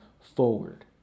forward